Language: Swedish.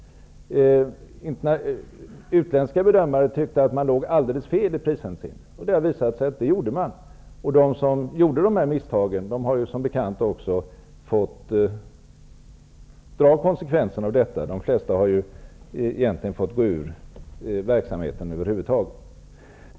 Utländska bedömare ansåg att man låg alldeles fel i prishänseende, vilket visade sig vara sant. De som gjorde dessa misstag har också, som bekant, fått ta konsekvenserna och dra sig ur verksamheten helt och hållet.